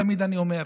תמיד אני אומר,